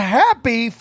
happy